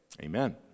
Amen